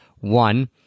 One